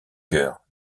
cœur